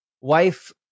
wife